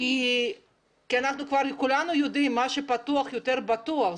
כי כולנו יודעים שמה שפתוח יותר בטוח.